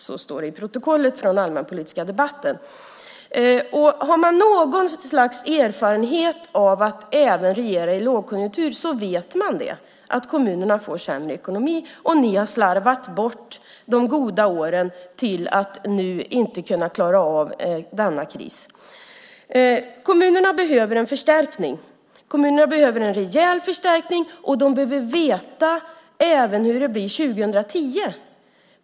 Så står det i protokollet från den allmänpolitiska debatten. Har man något slags erfarenhet av att regera även i lågkonjunktur vet man att kommunerna får sämre ekonomi. Ni har slarvat bort de goda åren, och nu kan ni inte klara av denna kris. Kommunerna behöver en rejäl förstärkning, och de behöver även veta hur det blir 2010.